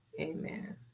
Amen